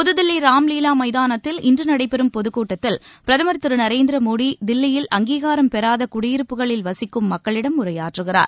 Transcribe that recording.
புதுதில்லி ராம்லீலா மைதானத்தில் இன்று நடைபெறும் பொதுக் கூட்டத்தில் பிரதமர் திரு நரேந்திர மோடி தில்லியில் அங்கீகாரம் பெறாத குடியிருப்புகளில் வசிக்கும் மக்களிடம் உரையாற்றுகிறார்